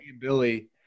Billy